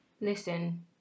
listen